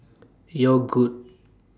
Yogood